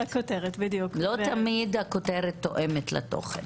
לא תמיד הכותרת תואמת לתוכן.